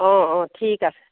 অঁ অঁ ঠিক আছে